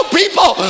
people